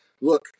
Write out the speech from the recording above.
look